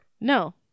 no